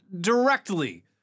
directly